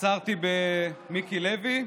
עצרתי במיקי לוי,